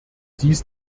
dies